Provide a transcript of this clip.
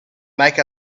make